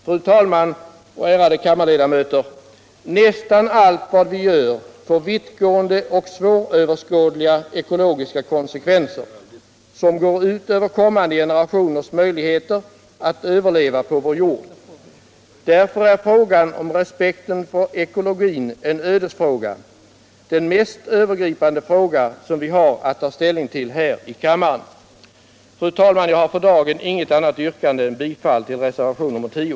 Fru talman och ärade kammarledamöter! Nästan allt vad vi gör får vittgående och svåröverskådliga ekologiska konsekvenser, som går ut över kommande generationers möjligheter att överleva på vår jord. Därför är frågan om respekten för ekologin en ödesfråga, den mest övergripande fråga som vi har att ta ställning till här i kammaren. Fru talman! Jag har för dagen inget annat yrkande än om bifall till reservationen 10.